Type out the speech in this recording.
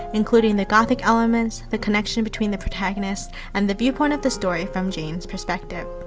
including the gothic elements, the connection between the protagonists, and the viewpoint of the story from jane's perspective.